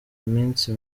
iminsi